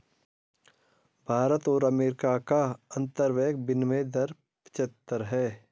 भारत और अमेरिका का अंतरबैंक विनियम दर पचहत्तर है